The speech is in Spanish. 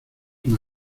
una